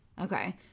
Okay